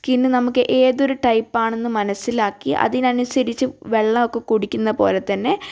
skin നമുക്ക് ഏതൊരു ടൈപ്പാണെന്ന് മനസിലാക്കി അതിനനുസരിച്ച് വെള്ളമൊക്കെ കുടിക്കുന്ന പോലെത്തന്നെ